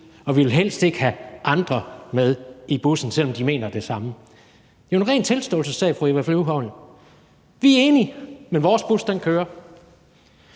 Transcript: og vi vil helst ikke have andre med i bussen, selv om de mener det samme. Det er jo en ren tilståelsessag, fru Eva Flyvholm. Vi er enige, men vores bus kører.